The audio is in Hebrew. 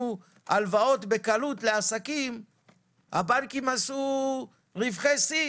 הלוואות בקלות לעסקים והבנקים הציגו רווחי שיא